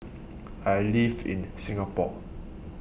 I live in Singapore